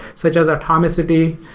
such as atomicity,